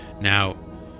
Now